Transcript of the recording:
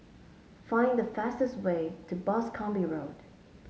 find the fastest way to Boscombe Road